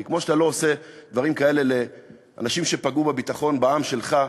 כי כמו שאתה לא עושה דברים כאלה לאנשים שפגעו בביטחון בעם שלך,